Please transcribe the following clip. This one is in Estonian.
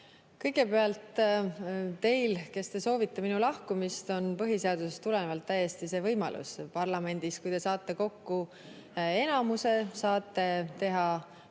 Kõigepealt teil, kes te soovite minu lahkumist, on põhiseadusest tulenevalt täiesti see võimalus. Parlamendis, kui te saate kokku enamuse, saate teha umbusaldusavalduse,